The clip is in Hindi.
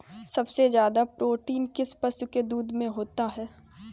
सबसे ज्यादा प्रोटीन किस पशु के दूध में होता है?